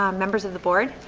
um members of the board.